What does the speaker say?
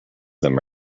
them